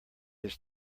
his